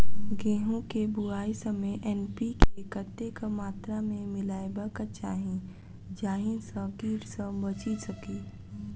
गेंहूँ केँ बुआई समय एन.पी.के कतेक मात्रा मे मिलायबाक चाहि जाहि सँ कीट सँ बचि सकी?